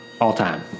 All-time